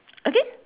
okay